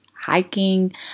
hiking